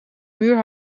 muur